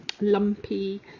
lumpy